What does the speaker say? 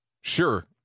Sure